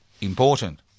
important